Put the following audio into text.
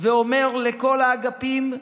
ואומר לכל האגפים: